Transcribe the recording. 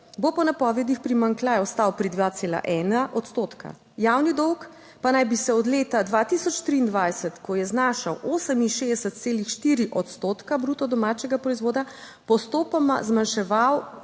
bo po napovedih primanjkljaj ostal pri 2,1 odstotka, javni dolg pa naj bi se od leta 2023, ko je znašal 68,4 odstotka bruto domačega proizvoda, postopoma zmanjševal